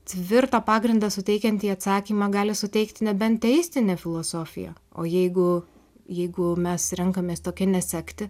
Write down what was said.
tvirtą pagrindą suteikiantį atsakymą gali suteikti nebent teistinė filosofija o jeigu jeigu mes renkamės tokia nesekti